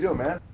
you know man?